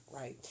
right